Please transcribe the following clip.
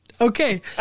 Okay